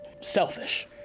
selfish